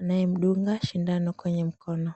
anayemdunga bshindano kwenye mkono.